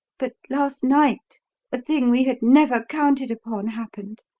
but last night a thing we had never counted upon happened.